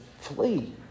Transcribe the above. flee